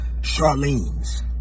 Charlene's